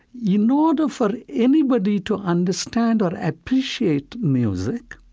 you know order for anybody to understand or appreciate music,